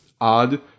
odd